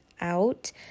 out